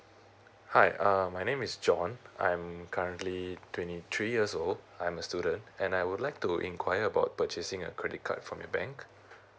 hi um my name is john I'm currently uh twenty three years old I'm a student and I would like to inquire about purchasing a credit card from your bank